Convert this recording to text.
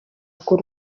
bw’u